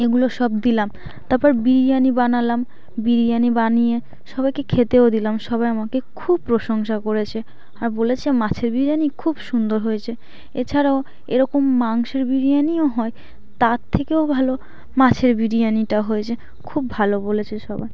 এগুলো সব দিলাম তারপর বিরিয়ানি বানালাম বিরিয়ানি বানিয়ে সবাইকে খেতেও দিলাম সবাই আমাকে খুব প্রশংসা করেছে আর বলেছে মাছের বিরিয়ানি খুব সুন্দর হয়েছে এছাড়াও এরকম মাংসের বিরিয়ানিও হয় তার থেকেও ভালো মাছের বিরিয়ানিটা হয়েছে খুব ভালো বলেছে সবাই